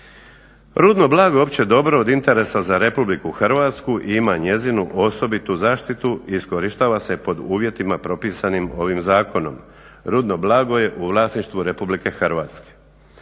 Rudno blago je opće dobro od interesa za Republiku Hrvatsku i ima njezinu osobitu zaštitu i iskorištava se pod uvjetima propisanim ovim zakonom. Rudno blago je u vlasništvu Republike Hrvatske.